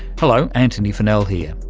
hello, antony funnell here.